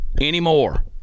anymore